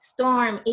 Storm